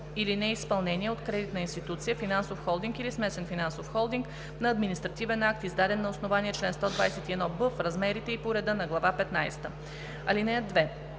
или неизпълнение от кредитна институция, финансов холдинг или смесен финансов холдинг на административен акт, издаден на основание чл. 121б, в размерите и по реда на глава петнадесета.